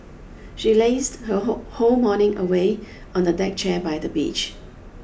she lazed her whole morning away on a deck chair by the beach